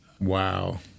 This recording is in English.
Wow